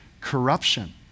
corruption